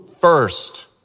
first